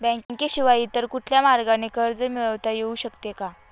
बँकेशिवाय इतर कुठल्या मार्गाने कर्ज मिळविता येऊ शकते का?